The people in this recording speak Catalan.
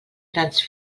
grans